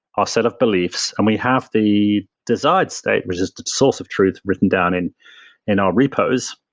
our set of beliefs and we have the desired state, which is the source of truth written down in in our repose,